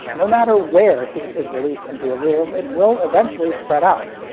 no matter where heat is released into a room, it will eventually spread out.